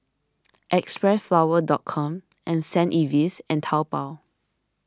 Xpressflower dot com and St Ives and Taobao